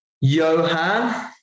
johan